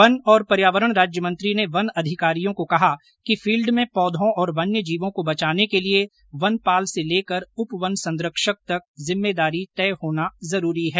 one एवं पर्यावरण राज्य मंत्री ने वन अधिकारियों को कहा कि फील्ड में पौधों एवं वन्य जीवों को बचाने के लिए वनपाल से लेकर उप वन संरक्षक तक जिम्मेदारी तय होना जरूरी है